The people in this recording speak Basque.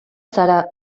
zara